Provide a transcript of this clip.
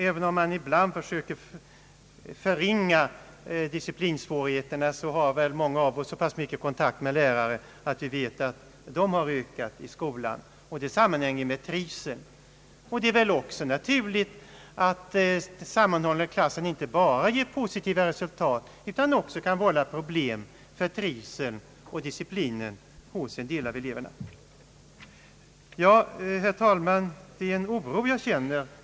Även om man ibland försöker förringa disciplinsvårigheterna har väl många av oss så pass mycket kontakt med lärare att vi vet att dessa svårigheter har ökat i skolan. Detta sammanhänger ju med trivseln. Det är väl också naturligt att sammanhållna klasser inte bara ger positiva resultat, utan också kan vålla problem för trivseln och disciplinen hos en del av eleverna. Herr talman! Det är en oro jag känner.